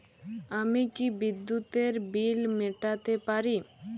আমি কি বিদ্যুতের বিল মেটাতে পারি?